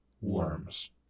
Worms